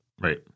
Right